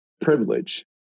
privilege